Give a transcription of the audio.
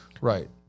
right